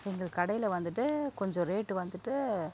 எங்கள் கடையில வந்துட்டு கொஞ்சம் ரேட்டு வந்துட்டு